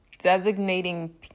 Designating